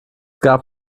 gab